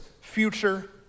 future